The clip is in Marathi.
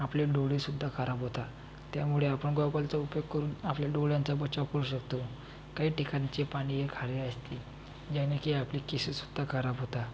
आपले डोळेसुद्धा खराब होता त्यामुळे आपण गॉगलचा उपयोग करून आपल्या डोळ्यांचा बचाव करू शकतो काही ठिकाणचे पाणी हे खारे असते ज्याने की आपले केससुद्धा खराब होतात